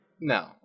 No